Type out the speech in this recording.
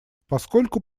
поскольку